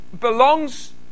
belongs